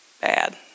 bad